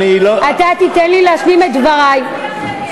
אתה חייב להצביע נגד.